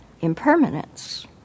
impermanence